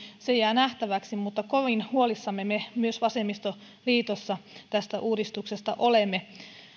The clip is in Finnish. se jää nähtäväksi mutta kovin huolissamme me myös vasemmistoliitossa tästä uudistuksesta olemme